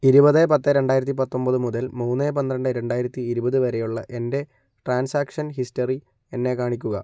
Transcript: ഇരുപത് പത്ത് രണ്ടായിരത്തി പത്തൊമ്പത് മുതൽ മൂന്ന് പന്ത്രണ്ട് രണ്ടായിരത്തി ഇരുപത് വരെയുള്ള എൻ്റെ ട്രാൻസാക്ഷൻ ഹിസ്റ്ററി എന്നെ കാണിക്കുക